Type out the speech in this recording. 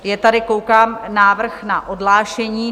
Je tady, koukám, návrh na odhlášení.